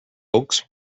oaks